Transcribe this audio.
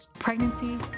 Pregnancy